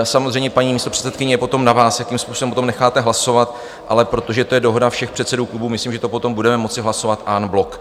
Samozřejmě, paní místopředsedkyně, je potom na vás, jakým způsobem o tom necháte hlasovat, ale protože to je dohoda všech předsedů klubů, myslím, že to potom budeme moci hlasovat en bloc.